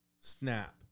snap